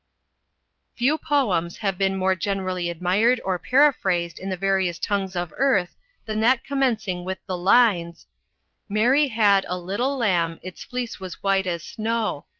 few poems have been more generally admired or paraphrased in the various tongues of earth than that commencing with the lines mary had a little lamb, its fleece was white as snow,